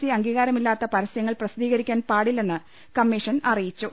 C അംഗീകാരമില്ലാതെ പരസ്യങ്ങൾ പ്രസി ദ്ധീകരിക്കാൻ പാടില്ലെന്ന് കമ്മീഷൻ അറിയിച്ചു